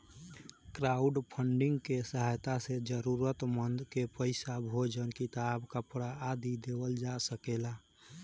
crowdfunding के सहायता से जरूरतमंद के पईसा, भोजन किताब, कपरा आदि देवल जा सकेला